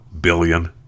billion